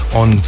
on